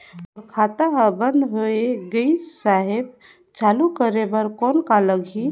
मोर खाता हर बंद होय गिस साहेब चालू करे बार कौन का लगही?